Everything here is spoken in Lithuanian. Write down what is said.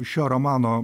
šio romano